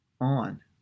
on